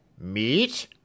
Meat